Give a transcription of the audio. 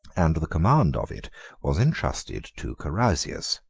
and the command of it was intrusted to carausius,